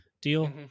deal